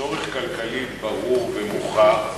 צורך כלכלי ברור ומוכח.